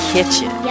Kitchen